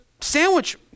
sandwich